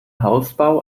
hausbau